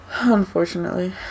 Unfortunately